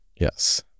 Yes